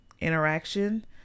interaction